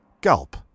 gulp